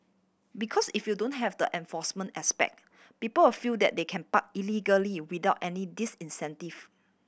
because if you don't have the enforcement aspect people will feel that they can park illegally without any disincentive